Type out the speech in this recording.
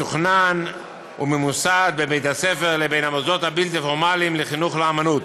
מתוכנן וממוסד בין בית-הספר לבין המוסדות הבלתי-פורמליים לחינוך לאמנות.